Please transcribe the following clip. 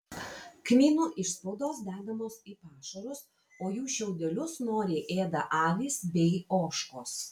kmynų išspaudos dedamos į pašarus o jų šiaudelius noriai ėda avys bei ožkos